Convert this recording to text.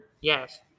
Yes